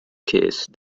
case